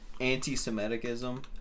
anti-Semitism